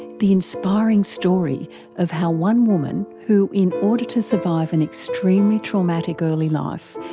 the inspiring story of how one woman who, in order to survive an extremely traumatic early life,